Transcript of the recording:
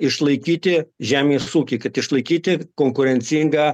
išlaikyti žemės ūkį kad išlaikyti konkurencingą